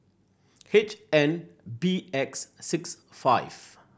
H N B X six five